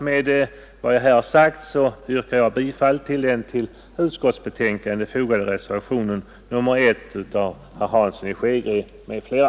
Med vad jag här sagt yrkar jag bifall till den vid utskottsbetänkandet fogade reservationen 1 av herr Hansson i Skegrie m.fl.